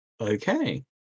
Okay